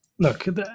Look